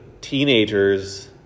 teenagers